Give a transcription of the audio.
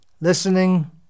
listening